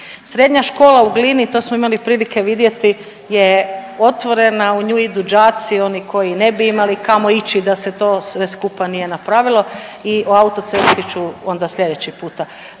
Srednja škola u Glini, to smo imali prilike vidjeti je otvorena u nju idu đaci, oni koji ne bi imali kamo ići da se to sve skupa nije napravilo i o autocesti ću onda sljedeći puta.